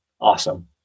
awesome